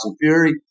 Fury